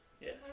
Yes